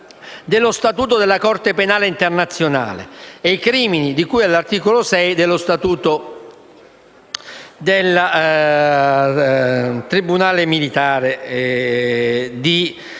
dello Statuto della Corte penale internazionale e dei crimini di cui all'articolo 6 dello Statuto del Tribunale internazionale